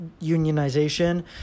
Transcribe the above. unionization